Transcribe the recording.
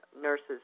nurses